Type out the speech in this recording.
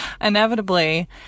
inevitably